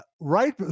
right